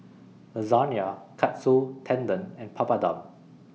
Lasagna Katsu Tendon and Papadum